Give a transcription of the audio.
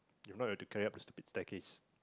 if not we'll have to carry up the stupid staircase